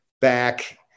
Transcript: back